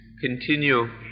continue